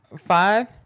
Five